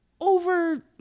over